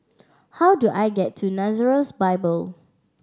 how do I get to Nazareth Bible